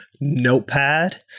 Notepad